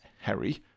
Harry